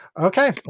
okay